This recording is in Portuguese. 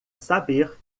saber